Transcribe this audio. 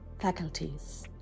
faculties